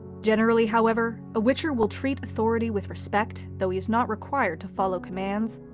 generally however, a witcher will treat authority with respect, though he is not required to follow commands,